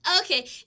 Okay